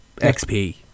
XP